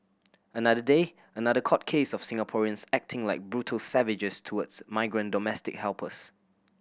another day another court case of Singaporeans acting like brutal savages towards migrant domestic helpers